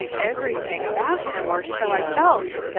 everything about him, or so i felt.